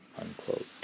unquote